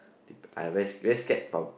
I very very scare of